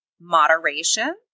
moderation